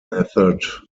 method